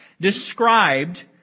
described